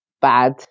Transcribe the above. bad